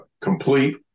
complete